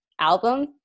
album